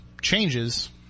changes